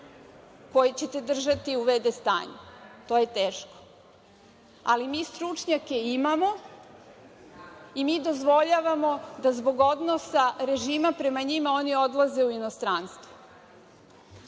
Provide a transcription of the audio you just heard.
koje ćete držati u v.d. stanju, to je teško. Ali, mi stručnjake imamo i mi dozvoljavamo da, zbog odnosa režima prema njima, oni odlaze u inostranstvo. Da